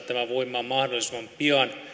tämä voimaan mahdollisimman pian